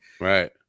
Right